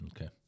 Okay